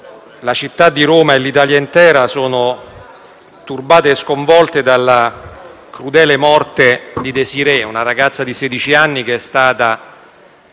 la città di Roma e l'Italia intera sono turbate e sconvolte dalla crudele morte di Desirée, una ragazza di sedici anni che è stata,